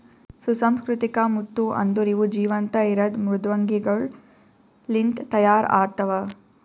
ಸುಸಂಸ್ಕೃತಿಕ ಮುತ್ತು ಅಂದುರ್ ಇವು ಜೀವಂತ ಇರದ್ ಮೃದ್ವಂಗಿಗೊಳ್ ಲಿಂತ್ ತೈಯಾರ್ ಆತ್ತವ